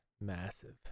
massive